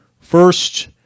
First